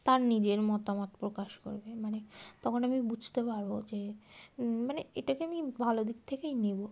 তার নিজের মতামত প্রকাশ করবে মানে তখন আমি বুঝতে পারব যে মানে এটাকে আমি ভালো দিক থেকেই নেব